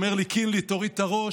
הוא אומר לי: קינלי, תוריד את הראש.